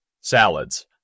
salads